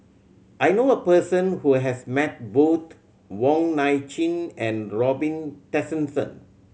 I know a person who has met both Wong Nai Chin and Robin Tessensohn